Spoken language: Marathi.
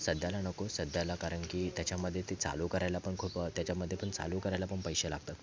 सध्याला नको सध्याला कारण की त्याच्यामध्ये ते चालू करायला पण खूप त्याच्यामध्ये पण चालू करायला पण पैसे लागतात